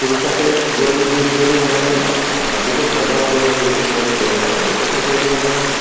तुमकां तो चड दीस दवरूंक मेळना आतां काजूचो सोरो आमी एक एक वर्स दवरता पळय तसो दवरूंक मेळना